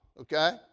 okay